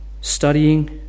studying